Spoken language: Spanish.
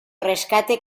rescate